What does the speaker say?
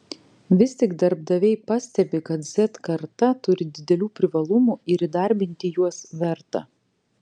vis tik darbdaviai pastebi kad z karta turi didelių privalumų ir įdarbinti juos verta